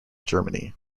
germany